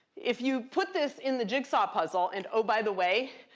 if you put this in the jigsaw puzzle and oh, by the way,